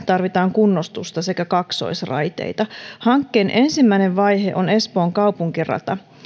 tarvitaan karjaalla kunnostusta sekä kaksoisraiteita hankkeen ensimmäinen vaihe on espoon kaupunkirata